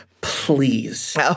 Please